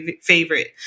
favorite